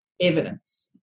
evidence